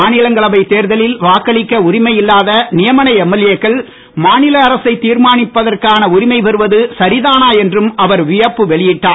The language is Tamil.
மாநிலங்களவை தேர்தலில் வாக்களிக்க உரிமையில்லாத நியமன எம்எல்ஏ க்கள் மாநில அரசை தீர்மானிப்பதற்கான உரிமை பெறுவது சரிதானா என்றும் அவர் வியப்பு வெளியிட்டார்